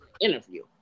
interview